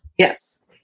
Yes